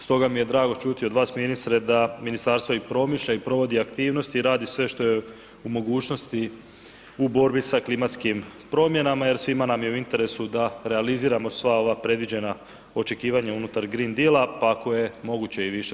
Stoga mi je drago čuti od vas ministre da ministarstvo i promišlja i provodi aktivnosti i radi sve što je u mogućnosti u borbi sa klimatskim promjenama jer svima nam je u interesu da realiziramo sva ova predviđena očekivanja unutar Green Deala pa ako je moguće i više.